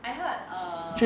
I heard err